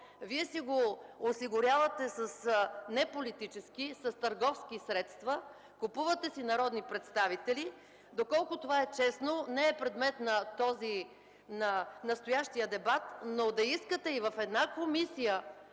Вие си го осигурявате с не политически, с търговски средства, купувате си народни представители. Доколко това е честно, не е предмет на настоящия дебат. Но да искате и в една комисия,